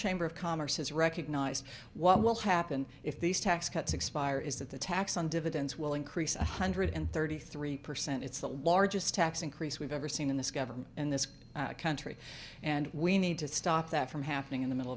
chamber of commerce has recognized what will happen if these tax cuts expire is that the tax on dividends will increase one hundred thirty three percent it's the largest tax increase we've ever seen in this government in this country and we need to stop that from happening in the middle